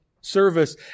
service